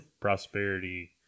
prosperity